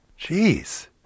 Jeez